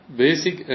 basic